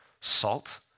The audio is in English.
salt